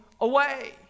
away